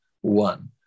one